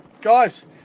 guys